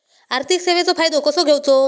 आर्थिक सेवाचो फायदो कसो घेवचो?